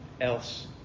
else